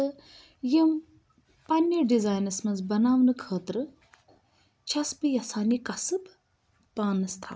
تہٕ یِم پَننس ڈِزاینَس منٛز بَناونہٕ خٲطرٕ چھس بہٕ یژھان یہِ قصب پانس تھاوُن